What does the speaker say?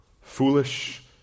foolish